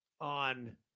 on